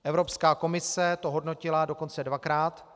Evropská komise to hodnotila dokonce dvakrát.